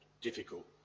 difficult